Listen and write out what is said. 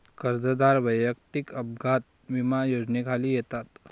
कर्जदार वैयक्तिक अपघात विमा योजनेखाली येतात